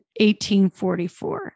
1844